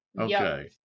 Okay